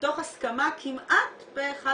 מתוך הסכמה כמעט פה אחד,